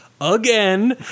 again